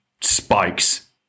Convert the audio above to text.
spikes